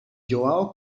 joão